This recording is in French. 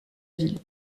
ville